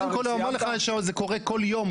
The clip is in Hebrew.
קודם כל אני אומר לך שזה קורה כל יום,